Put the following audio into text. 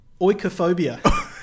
Oikophobia